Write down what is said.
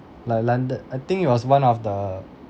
like london I think it was one of the